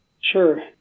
Sure